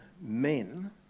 men